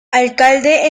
alcalde